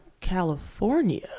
California